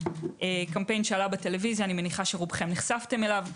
קמפיין שעלה בטלוויזיה אני מניחה שרובכם נחשפתם אליו.